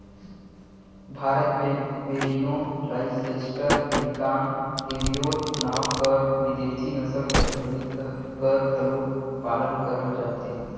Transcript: भारत में merino, Leicester, Lincoln, Cheviot नांव कर बिदेसी नसल कर भेड़ी कर घलो पालन करल जाथे